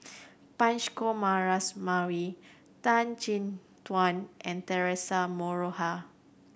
Punch Coomaraswamy Tan Chin Tuan and Theresa Noronha